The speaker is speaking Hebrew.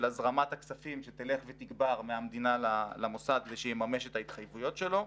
של הזרמת הכספים שתלך ותגבר מהמדינה למוסד ושיממש את ההתחייבויות שלו,